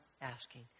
asking